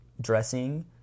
dressing